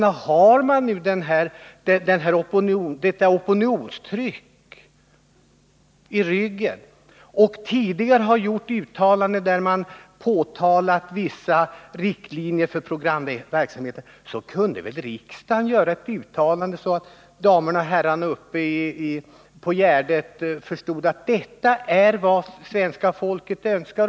När riksdagen nu har detta Torsdagen den opinionstryck i ryggen så kunde väl riksdagen också göra ett sådant uttalande 13 mars 1980 så att personalen på Sveriges Radio fick veta vilka programönskemål som svenska folket har.